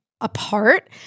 Apart